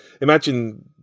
imagine